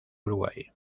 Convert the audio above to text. uruguay